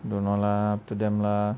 don't know lah to them lah